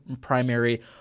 primary